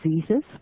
diseases